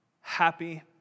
happy